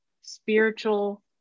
spiritual